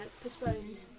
postponed